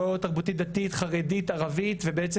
לא תרבותית דתית חרדית ערבית ובעצם